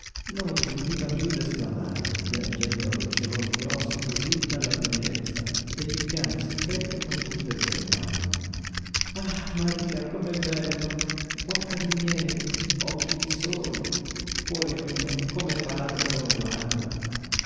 non rifiniva piú d'esclamare piangendo a goccioloni grossi cosí dalla tenerezza e picchiandosi il petto con tutte e due le mani ah maria com'è bello bocca di miele occhi di sole cuore mio come parla e come guarda